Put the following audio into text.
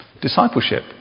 discipleship